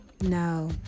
no